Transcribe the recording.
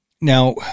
Now